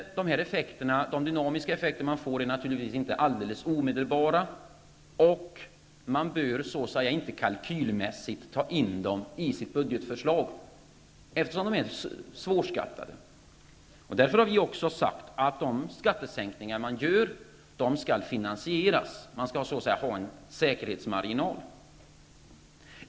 De dynamiska effekterna är naturligtvis inte alldeles omedelbara. Man bör så att säga inte kalkylmässigt ta in dem i sitt budgetförslag, eftersom de är svårskattade. Därför har vi sagt att de skattesänkningar som genomförs skall finansieras. Man skall ha en säkerhetsmarginal.